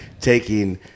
taking